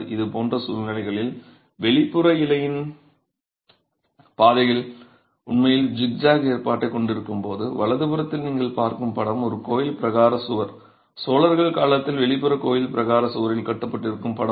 இதுபோன்ற சூழ்நிலைகளில் வெளிப்புற இலையின் பாதைகள் உண்மையில் ஜிக்ஜாக் ஏற்பாட்டைக் கொண்டிருக்கும்போது வலதுபுறத்தில் நீங்கள் பார்க்கும் படம் ஒரு கோயில் பிரகாரச் சுவர் சோழர்கள் காலத்தில் வெளிப்புறக் கோயில் பிரகாரச் சுவரில் கட்டப்பட்டிருக்கும் படம்